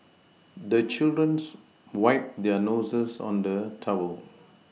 the children's wipe their noses on the towel